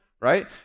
right